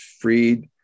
freed